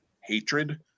hatred